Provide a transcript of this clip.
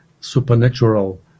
supernatural